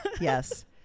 Yes